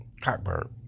Cockbird